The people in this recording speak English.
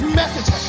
message